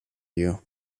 you